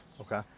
Okay